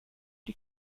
die